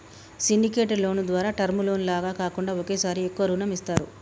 syndicated loan ద్వారా term loan లాగా కాకుండా ఒకేసారి ఎక్కువ రుణం ఇస్తారు